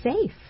safe